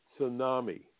tsunami